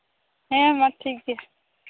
ᱦᱮᱸ ᱢᱟ ᱴᱷᱤᱠ ᱜᱮᱭᱟ